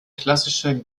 klassischer